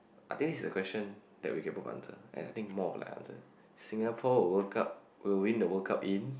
I think this is a question that we can both answer and I think more like an answer Singapore will World Cup will win the World Cup in